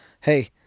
Hey